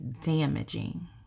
damaging